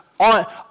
on